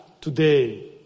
today